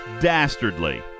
dastardly